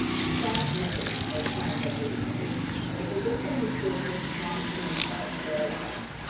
staff members are trained on the lead agency. so for this one we pull wisconsin and south carolina.